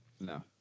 No